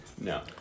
No